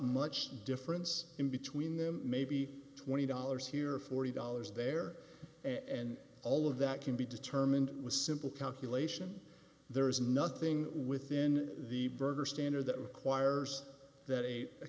much difference in between them maybe twenty dollars here or forty dollars there and all of that can be determined with simple calculation there is nothing within the burger standard that requires that